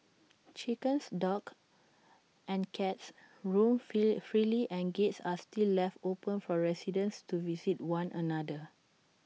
chickens dogs and cats roam freely and gates are still left open for residents to visit one another